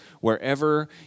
wherever